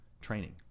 training